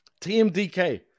TMDK